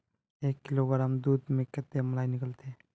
एक किलोग्राम दूध में कते मलाई निकलते?